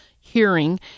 hearing